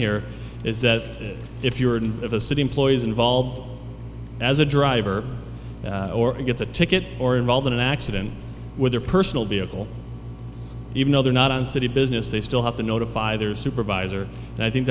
here is that if you're in a city employees involved as a driver or gets a ticket or involved in an accident with a personal vehicle even though they're not on city business they still have to notify their supervisor and i think